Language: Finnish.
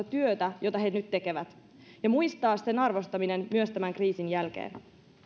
työtä jota he nyt tekevät ja muistaa sen arvostaminen myös tämän kriisin jälkeen